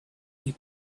they